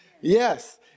Yes